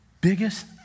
biggest